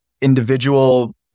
individual